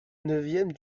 neuvième